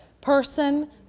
person